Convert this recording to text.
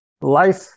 life